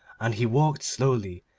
and he walked slowly,